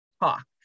talk